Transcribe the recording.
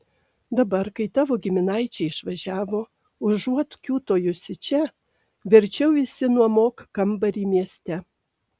dabar kai tavo giminaičiai išvažiavo užuot kiūtojusi čia verčiau išsinuomok kambarį mieste